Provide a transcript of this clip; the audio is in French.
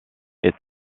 est